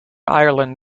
ireland